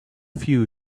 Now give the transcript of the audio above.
few